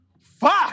fuck